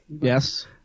Yes